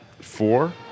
four